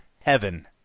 heaven